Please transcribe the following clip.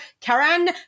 Karan